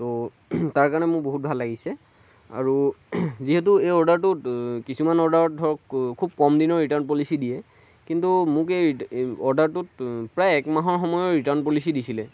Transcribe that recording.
তো তাৰ কাৰণে মোৰ বহুত ভাল লাগিছে আৰু যিহেতু এই অৰ্ডাৰটোত কিছুমান অৰ্ডাৰ ধৰক খুব কম দিনৰ ৰিটাৰ্ণ পলিচী দিয়ে কিন্তু মোক এই অৰ্ডাৰটোত প্ৰায় এক মাহৰ সময়ৰ ৰিটাৰ্ণ পলিচী দিছিলে